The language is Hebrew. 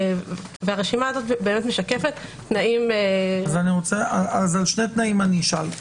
והרשימה הזאת משקפת תנאים --- על שני תנאים אני אשאל.